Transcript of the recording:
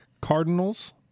Cardinals